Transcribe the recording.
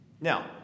Now